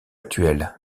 actuel